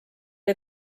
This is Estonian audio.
või